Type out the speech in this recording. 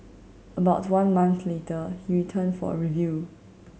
about one month later he returned for a review